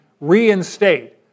reinstate